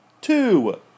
two